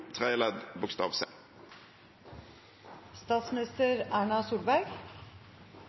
tredje ledd bokstav c?»